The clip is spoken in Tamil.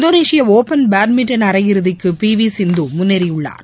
இந்தோனேஷிய ஒபன் பேட்மின்டன் அரையிறுதிக்கு பி வி சிந்து முன்னேறியுள்ளார்